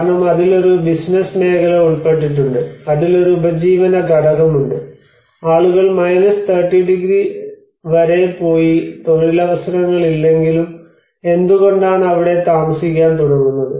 കാരണം അതിൽ ഒരു ബിസിനസ്സ് മേഖല ഉൾപ്പെട്ടിട്ടുണ്ട് അതിൽ ഒരു ഉപജീവന ഘടകമുണ്ട് ആളുകൾ 30 ഡിഗ്രി വരെ പോയി തൊഴിലവസരങ്ങൾ ഇല്ലെങ്കിൽ എന്തുകൊണ്ടാണ് അവിടെ താമസിക്കാൻ തുടങ്ങുന്നത്